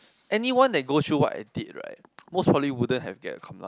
anyone they go through what I did right most probably wouldn't have get lah